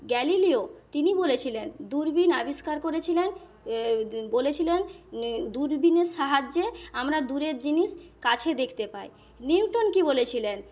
Galileo তিনি বলেছিলেন দূরবীন আবিষ্কার করেছিলেন বলেছিলেন দূরবীনের সাহায্যে আমরা দূরের জিনিস কাছে দেখতে পাই নিউটন কী বলেছিলেন